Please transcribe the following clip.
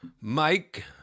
Mike